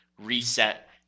reset